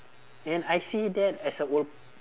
and I see that as a old